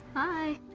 hi!